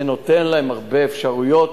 זה נותן להם הרבה אפשרויות.